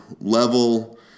level